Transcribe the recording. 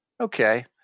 okay